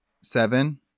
Seven